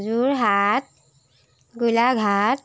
Jorhat Golaghat